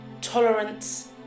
tolerance